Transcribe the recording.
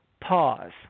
pause